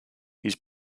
his